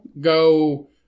go